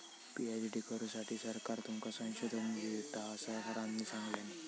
PhD करुसाठी सरकार तुमका संशोधन निधी देता, असा सरांनी सांगल्यानी